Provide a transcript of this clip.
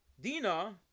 Dina